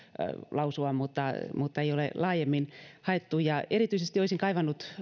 lausua mutta lausuntoa ei ole laajemmin haettu erityisesti olisin kaivannut